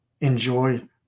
enjoy